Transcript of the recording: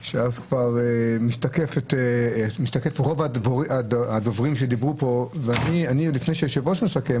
כי אז שומעים את כל הדוברים ולפני שהישוב ראש מסכם